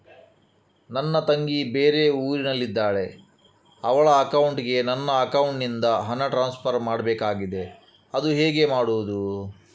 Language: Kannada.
ನನ್ನ ತಂಗಿ ಬೇರೆ ಊರಿನಲ್ಲಿದಾಳೆ, ಅವಳ ಅಕೌಂಟಿಗೆ ನನ್ನ ಅಕೌಂಟಿನಿಂದ ಹಣ ಟ್ರಾನ್ಸ್ಫರ್ ಮಾಡ್ಬೇಕಾಗಿದೆ, ಅದು ಹೇಗೆ ಮಾಡುವುದು?